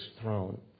throne